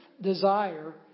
desire